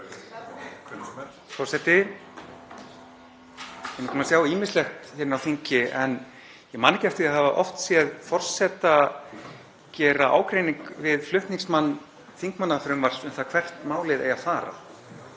Ég er nú búinn að sjá ýmislegt hérna á þingi en ég man ekki eftir því að hafa oft séð forseta gera ágreining við flutningsmann þingmannafrumvarps um það hvert málið eigi að fara.